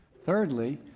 thirdly,